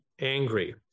angry